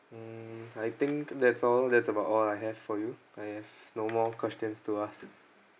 mm I think that's all that's about all I have for you I have no more questions to ask